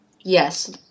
Yes